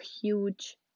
huge